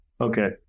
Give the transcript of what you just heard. Okay